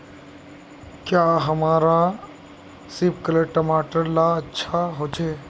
क्याँ हमार सिपकलर टमाटर ला अच्छा होछै?